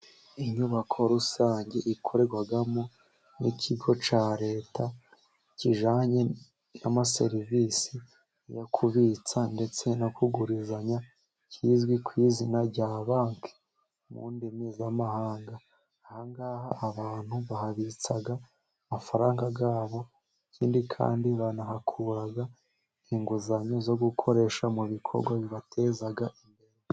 Inyubako rusange ikorerwamo n'ikigo cya Leta kijyanye n'amaserivisi yo kubitsa ndetse no kugurizanya, kizwi ku izina rya banki mu ndimi mpuzamahanga. Ahangaha abantu bahabitsa amafaranga yabo ikindi kandi banahakura inguzanyo zo gukoresha mu bikorwa bibateza imbere.